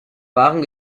wahren